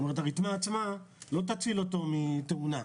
הרתמה עצמה לא תציל אותו מתאונה,